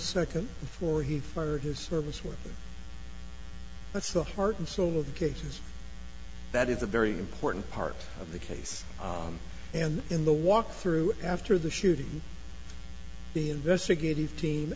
second before he fired his service worker that's the heart and soul of the cases that is a very important part of the case and in the walkthrough after the shooting the investigative team